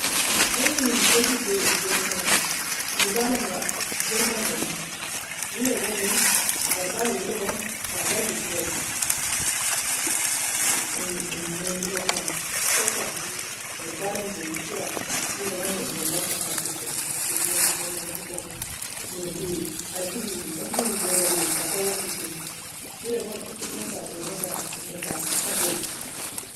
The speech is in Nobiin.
Ayie ghasibae gogsani gobalanga gogdaki mo. Wida gooni غربال weal logo fa garba esker. En nortiy toka soka Wida gooni غربال wail logo fa garba esker. En nortiy toka soka غربال en toue la eskera, wida غربال ka fa shokmir Shokma shokma shokma nortiy ashri fa gogdanga fi taou soki Wida gooni echi ga fa kador